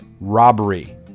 robbery